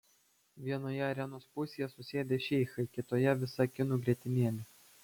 vienoje arenos pusėje susėdę šeichai kitoje visa kinų grietinėlė